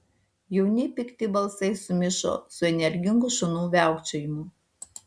jauni pikti balsai sumišo su energingu šunų viaukčiojimu